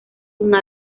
una